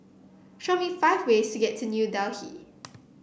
show me five ways to get to New Delhi